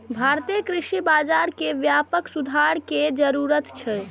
भारतीय कृषि बाजार मे व्यापक सुधार के जरूरत छै